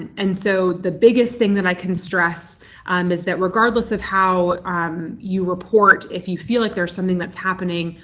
and so the biggest thing that i can stress um is that regardless of how um you report if you feel like there's something that's happening,